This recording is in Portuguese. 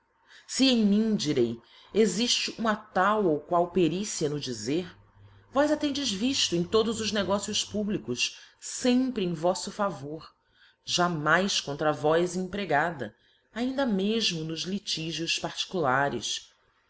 se em mim direi exifte uma tal ou qual perícia no dizer vós a tendes vifto em todos os negócios públicos fempre em voíto favor jamais contra vós empregada ainda mefmo nos litigios particulares